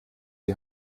die